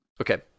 Okay